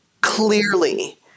clearly